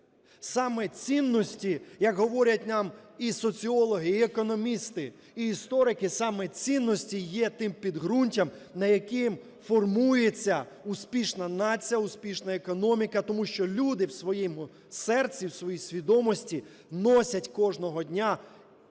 Саме цінності, як говорять нам і соціологи, і економісти, і історики, саме цінності є тим підґрунтям, на якому формується успішна нація, успішна економіка, тому що люди в своєму серці, в своїй свідомості носять кожного дня